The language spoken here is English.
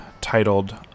titled